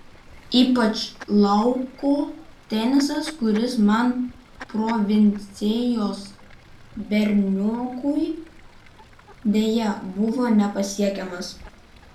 ypač lauko tenisas kuris man provincijos berniokui deja buvo nepasiekiamas